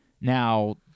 Now